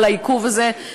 בשל העיכוב הזה,